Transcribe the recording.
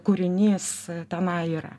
kūrinys tenai yra